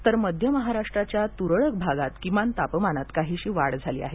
तर मध्य महाराष्ट्राच्या त्रळक भागात किमान तापमानात काहीशी वाढ झाली आहे